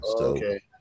okay